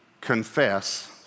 confess